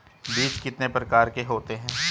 बीज कितने प्रकार के होते हैं?